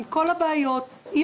עם כל הבעיות שיש,